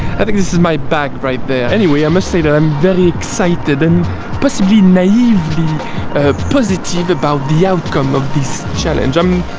i think this is my bag right there anyway, i must say that i'm very excited and possibly naively positive about the outcome of this challenge. i